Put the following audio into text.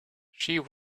she